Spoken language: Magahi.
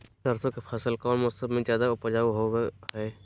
सरसों के फसल कौन मौसम में ज्यादा उपजाऊ होबो हय?